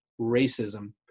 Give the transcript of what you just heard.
racism